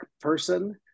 person